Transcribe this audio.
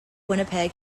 winnipeg